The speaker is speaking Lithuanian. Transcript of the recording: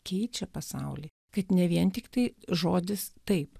keičia pasaulį kad ne vien tiktai žodis taip